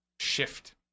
Shift